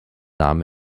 nahm